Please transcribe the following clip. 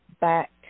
back